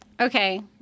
Okay